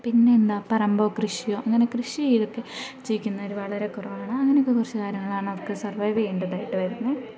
പിന്നെന്താണ് പറമ്പോ കൃഷിയോ അങ്ങനെ കൃഷി ചെയ്യിതൊക്കെ ജീവിക്കുന്നവർ വളരെ കുറവാണ് അങ്ങനെയൊക്കെ കുറച്ചു കാര്യങ്ങളാണ് അവർക്ക് സർവൈവ് ചെയ്യേണ്ടതായിട്ടു വരുന്നു